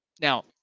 Now